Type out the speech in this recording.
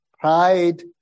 Pride